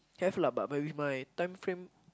have lah but but with my time frame